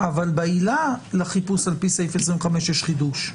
אבל בעילה לחיפוש על פי סעיף 25 יש חידוש.